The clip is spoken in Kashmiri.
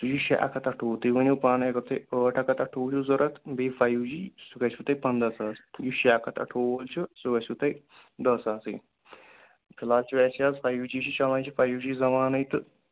سُہ چھِ شےٚ اَکھ ہَتھ اَٹھووُہ تُہۍ ؤنِو پانَے اگر تۄہہِ ٲٹھ اکھ ہَتھ اٹھووُہ چھُو ضوٚرَتھ بیٚیہِ فایِو جی سُہ گژھِوُ تۄہہِ پنٛداہ ساس یُس شےٚ اکھ ہَتھ اٹھووُہ ۄۄل چھُ سُہ گژھِوُ تۄہہ دَہ ساسٕے فلحال چھُو اَسہِ آز فایِو جی چھُ چلان یہِ چھُ فایِو جی زمانَے تہٕ